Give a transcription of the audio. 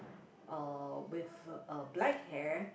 uh with uh black hair